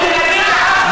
הילדים בעזה לא שווים?